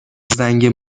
زنگ